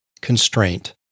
constraint